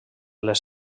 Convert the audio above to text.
les